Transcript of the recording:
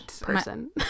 person